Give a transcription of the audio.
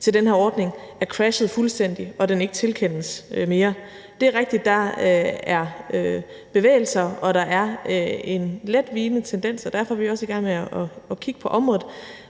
til den her ordning er crashet fuldstændig, og at den ikke tilkendes mere. Det er rigtigt, at der er bevægelser, og at der er en let vigende tendens, og derfor er vi også i gang med at kigge på området.